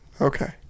Okay